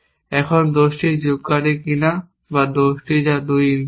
এখন দোষটি যোগকারীর কিনা বা দোষ যা 2 ইনপুট